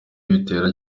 bitera